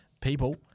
people –